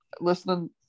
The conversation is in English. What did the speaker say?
listening